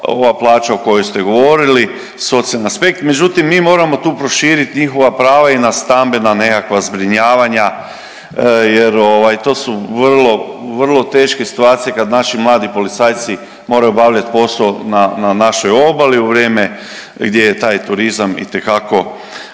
ova plaća o kojoj ste govorili socijalni aspekt, međutim mi moram tu proširit njihova prava i na stambena nekakva zbrinjavanja jer to su vrlo, vrlo teške situacije kad naši mladi policajci moraju obavljat posao na našoj obali u vrijeme gdje je taj turizam itekako